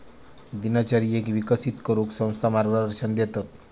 दिनचर्येक विकसित करूक संस्था मार्गदर्शन देतत